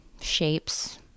shapes